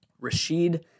Rashid